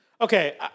Okay